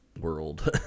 world